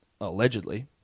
allegedly